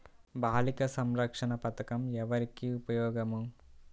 బాలిక సంరక్షణ పథకం ఎవరికి ఉపయోగము?